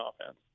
offense